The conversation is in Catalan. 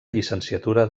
llicenciatura